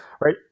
right